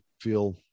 feel